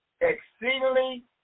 exceedingly